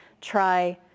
Try